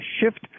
shift